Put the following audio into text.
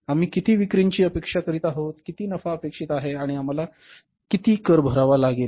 आम्ही किती विक्रीची अपेक्षा करीत आहोत किती नफा अपेक्षित आहे आणि आम्हाला किती कर भरावा लागेल